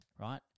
right